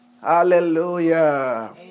Hallelujah